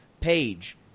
Page